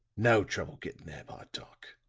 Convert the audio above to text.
no trouble getting there by dark.